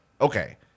Okay